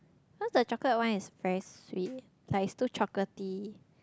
cause the chocolate one is very sweet like it's too chocolatey